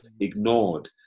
ignored